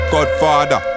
Godfather